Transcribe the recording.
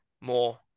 more